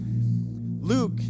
Luke